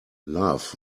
love